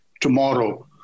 tomorrow